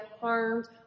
harmed